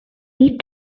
need